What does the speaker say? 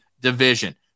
division